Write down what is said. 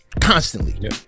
constantly